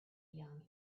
young